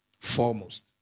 Foremost